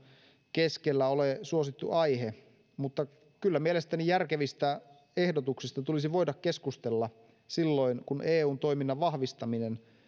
keskellä ole suosittu aihe mutta kyllä mielestäni järkevistä ehdotuksista tulisi voida keskustella silloin kun eun toiminnan vahvistaminen